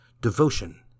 devotion